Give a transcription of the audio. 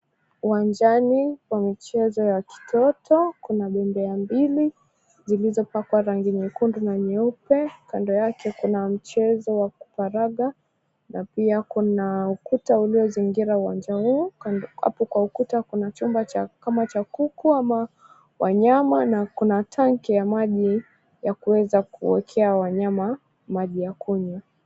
Uwanjani kwa michezo ya kitoto. Kuna bembea mbili zilizopakwa rangi nyekundu na nyeupe. Kando yake kuna mchezo wa kuparaga na pia kuna ukuta uliozingira uwanja huu. Hapo kwa ukuta kuna chumba kama cha kuku ama wanyama na kuna tanki la maji la kuweza kuwekea wanyama maji ya kunywa.